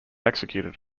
executed